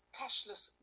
cashless